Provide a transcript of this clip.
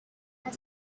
and